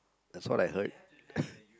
that's what I heard